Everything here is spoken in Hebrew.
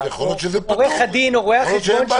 בצורה מסוימת את ההפגנות,